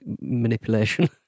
manipulation